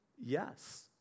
yes